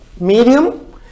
medium